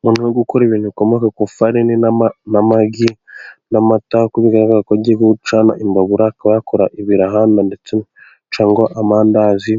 Umuntu uri gukora ibintu bikomoka ku ifarini n'amagi n'amata, uko bigaragara ko agiye gucana imbabura, akaba yakora ibiraha, ndetse cyangwa amandazi.